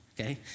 okay